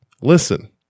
listen